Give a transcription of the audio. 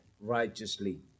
righteously